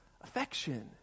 affection